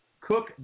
Cook